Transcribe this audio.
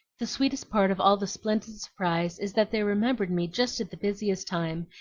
the sweetest part of all the splendid surprise is that they remembered me just at the busiest time,